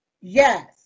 Yes